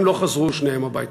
הם לא חזרו, שניהם, הביתה.